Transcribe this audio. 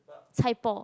chai-poh